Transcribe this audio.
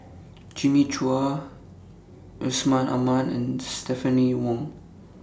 Jimmy Chua Yusman Aman and Stephanie Wong